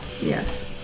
Yes